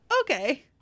okay